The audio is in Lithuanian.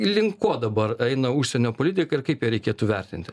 link ko dabar eina užsienio politika ir kaip ją reikėtų vertinti